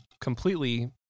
completely